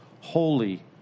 holy